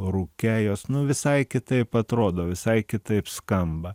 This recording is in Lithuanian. rūke jos nu visai kitaip atrodo visai kitaip skamba